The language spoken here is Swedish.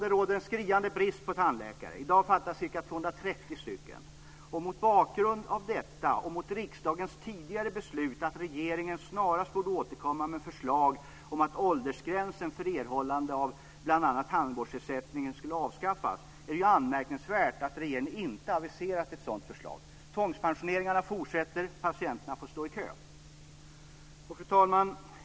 Det råder en skriande brist på tandläkare. I dag fattas ca 230 tandläkare. Mot bakgrund av detta och mot riksdagens tidigare beslut att regeringen snarast borde återkomma med förslag om att åldersgränsen för erhållande av bl.a. tandvårdsersättning ska avskaffas är de anmärkningsvärt att regeringen ännu inte aviserat ett sådant förslag. Tvångspensioneringarna fortsätter, patienterna får stå i kö. Fru talman!